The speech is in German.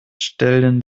stellen